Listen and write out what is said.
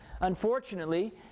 unfortunately